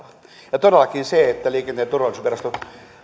ja todellakin liikenteen turvallisuusviraston